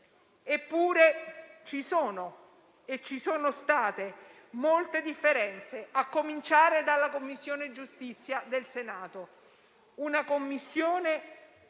Eppure, ci sono e ci sono state molte differenze, a cominciare dalla Commissione giustizia del Senato, una Commissione